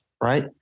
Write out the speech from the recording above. Right